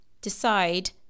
decide